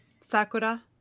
Sakura